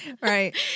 Right